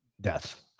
death